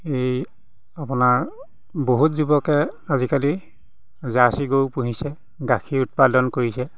এই আপোনাৰ বহুত যুৱকে আজিকালি জাৰ্চি গৰু পুহিছে গাখীৰ উৎপাদন কৰিছে